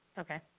Okay